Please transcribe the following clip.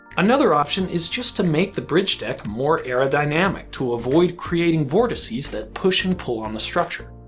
another option is just to make the bridge deck more aerodynamic to avoid creating vortices that push and pull on the structure.